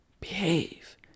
behave